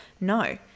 No